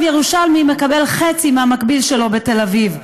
ירושלים מקבל חצי מהמקביל שלו בתל אביב.